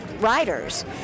riders